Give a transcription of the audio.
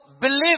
believe